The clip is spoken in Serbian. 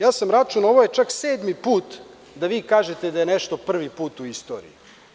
Ja sam računao - ovo je čak sedmi put da vi kažete da je nešto prvi put u istoriji.